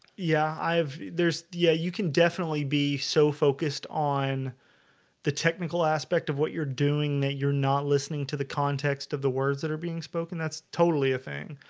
yeah, i've there's yeah, you can definitely be so focused on the technical aspect of what you're doing that you're not listening to the context of the words that are being spoken. that's totally a thing